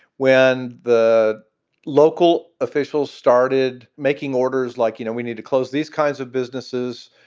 when the local officials started making orders like, you know, we need to close these kinds of businesses.